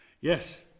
Yes